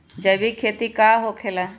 जैविक खेती का होखे ला?